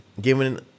given